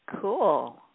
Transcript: cool